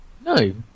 no